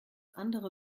andere